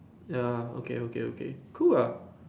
ya okay okay okay cool lah